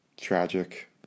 tragic